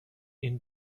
این